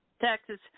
Texas